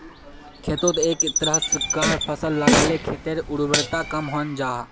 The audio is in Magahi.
खेतोत एके तरह्कार फसल लगाले खेटर उर्वरता कम हन जाहा